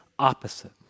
opposite